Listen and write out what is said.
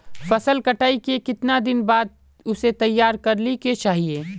फसल कटाई के कीतना दिन बाद उसे तैयार कर ली के चाहिए?